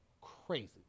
crazy